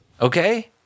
Okay